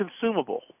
consumable